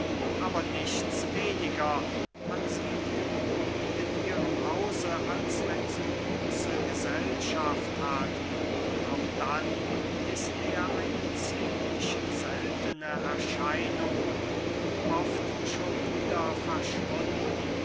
aber nichts weniger man sieht ihn nie in ihrem hause als wenn sie große gesellschaft hat und auch dann ist er eine ziemlich seltene erscheinung und oft schon wieder verschwunden